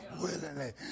willingly